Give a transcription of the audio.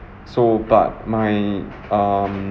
so but my um